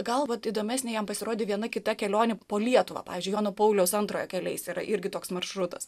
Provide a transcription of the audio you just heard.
gal vat įdomesnė jam pasirodė viena kita kelionė po lietuvą pavyzdžiui jono pauliaus antrojo keliais yra irgi toks maršrutas